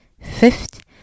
Fifth